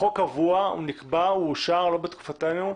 החוק קבוע, הוא נקבע, הוא אושר, לא בתקופתנו,